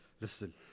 Listen